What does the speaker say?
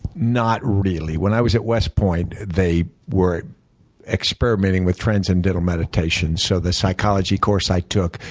not really. when i was at west point they were experimenting with transcendental meditation, so the psychology course i took,